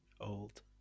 Old